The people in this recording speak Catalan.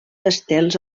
estels